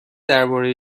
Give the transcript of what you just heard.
درباره